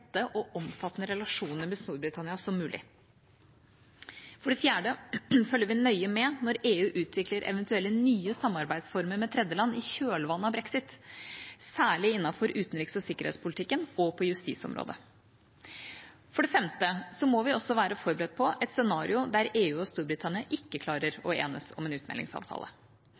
tette og omfattende relasjoner med Storbritannia som mulig. For det fjerde følger vi nøye med når EU utvikler eventuelle nye samarbeidsformer med tredjeland i kjølvannet av Brexit, særlig innenfor utenriks- og sikkerhetspolitikken og på justisområdet. For det femte må vi også være forberedt på et scenario der EU og Storbritannia ikke klarer å enes om en utmeldingsavtale.